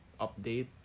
update